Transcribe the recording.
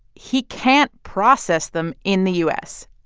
he can't process them in the u s.